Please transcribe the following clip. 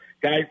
guys